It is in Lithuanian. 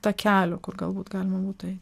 takelių kur galbūt galima būtų ei